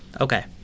Okay